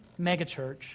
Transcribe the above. megachurch